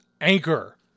Anchor